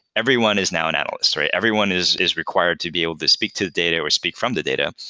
everyone is now an analyst. everyone is is required to be able to speak to the data or speak from the data,